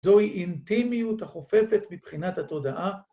‫זוהי אינטימיות החופפת ‫מבחינת התודעה.